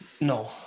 No